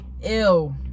ew